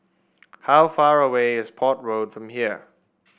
how far away is Port Road from here